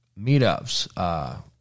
meetups